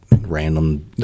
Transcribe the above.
Random